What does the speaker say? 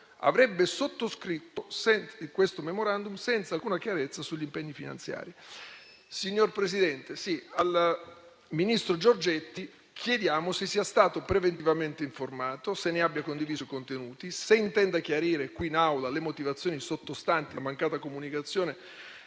avrebbe sottoscritto un *memorandum*, senza alcuna chiarezza sugli impegni finanziari. Signor Presidente, al ministro Giorgetti chiediamo se sia stato preventivamente informato; se ne abbia condiviso i contenuti; se intenda chiarire qui in Aula le motivazioni sottostanti la mancata comunicazione